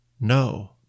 No